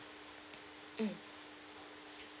mm